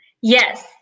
Yes